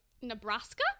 Nebraska